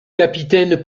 capitaine